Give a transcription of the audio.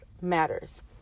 Matters